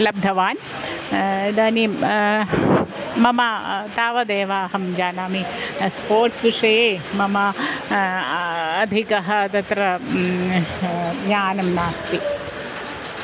लब्धवान् इदानीं मम तावदेव अहं जानामि स्पोर्ट्स् विषये मम अधिकः तत्र ज्ञानं नास्ति